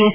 S